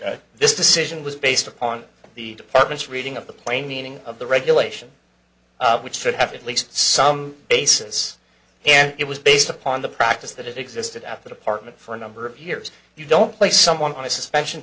that this decision was based upon the department's reading of the plain meaning of the regulation which should have at least some basis and it was based upon the practice that existed at the department for a number of years you don't play someone my suspension